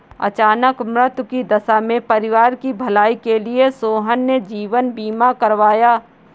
अचानक मृत्यु की दशा में परिवार की भलाई के लिए सोहन ने जीवन बीमा करवाया